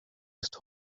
ist